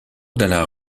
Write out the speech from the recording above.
della